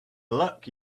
luck